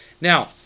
Now